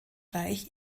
reich